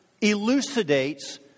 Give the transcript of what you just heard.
elucidates